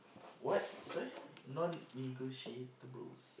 what sorry non-negotiatables